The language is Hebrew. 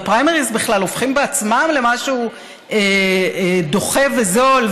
והפריימריז בכלל הופכים בעצמם למשהו דוחה וזול.